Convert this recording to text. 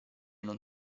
non